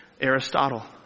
Aristotle